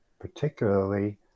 particularly